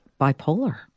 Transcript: bipolar